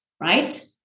right